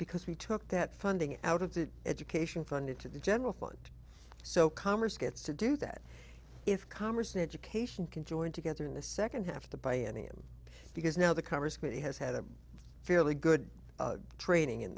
because we took that funding out of the education fund into the general fund so commerce gets to do that if conversely education can join together in the second half to buy any of it because now the congressman has had a fairly good training in